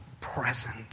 present